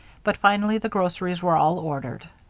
but finally the groceries were all ordered.